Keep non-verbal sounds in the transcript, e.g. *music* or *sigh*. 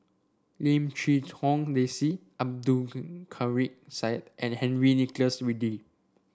Lim Quee Hong Daisy Abdul *unintelligible* Kadir Syed and Henry Nicholas Ridley